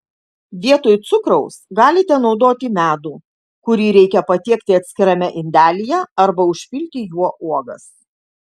vietoj cukraus galite naudoti medų kurį reikia patiekti atskirame indelyje arba užpilti juo uogas